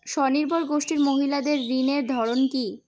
স্বনির্ভর গোষ্ঠীর মহিলাদের ঋণের ধরন কি?